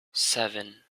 seven